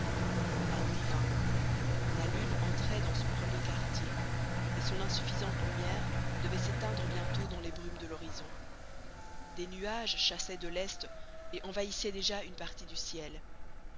la nuit vint la lune entrait dans son premier quartier et son insuffisante lumière devait s'éteindre bientôt dans les brumes de l'horizon des nuages chassaient de l'est et envahissaient déjà une partie du ciel